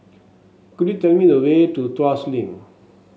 could you tell me the way to Tuas Link